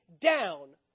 down